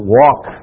walk